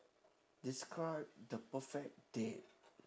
describe the perfect date